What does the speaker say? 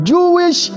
Jewish